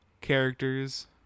characters